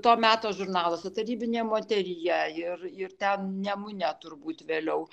to meto žurnaluose tarybinė moteryje ir ir ten nemune turbūt vėliau